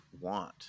want